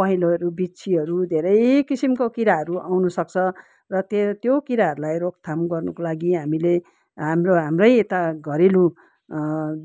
पहिलेहरू बिच्छीहरू धेरै किसिमको किराहरू आउनुसक्छ र तेर त्यो किराहरूलाई रोकथाम गर्नुको लागि हामीले हाम्रो हाम्रै यता घरेलु